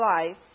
life